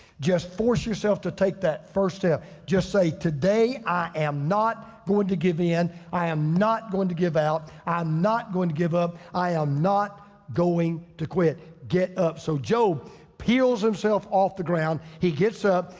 just force yourself to take that first step. just say, today i am not going to give in. i am not going to give out, i'm and not going to give up. i am not going to quit, get up. so job peels himself off the ground. he gets up,